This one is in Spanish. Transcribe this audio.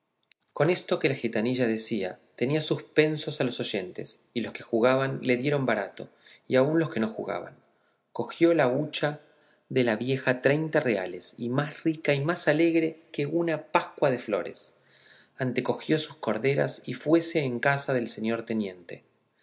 con esto que la gitanilla decía tenía suspensos a los oyentes y los que jugaban le dieron barato y aun los que no jugaban cogió la hucha de la vieja treinta reales y más rica y más alegre que una pascua de flores antecogió sus corderas y fuese en casa del señor teniente